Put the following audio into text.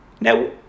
Now